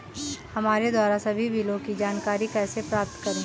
हमारे द्वारा सभी बिलों की जानकारी कैसे प्राप्त करें?